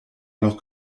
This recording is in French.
alors